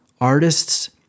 artists